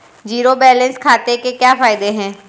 Zero balance खाते के क्या फायदे हैं?